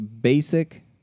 basic